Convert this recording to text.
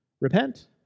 Repent